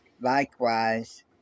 likewise